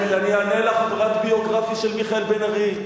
אני אענה לך מפרט ביוגרפי של מיכאל בן-ארי,